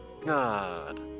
God